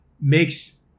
Makes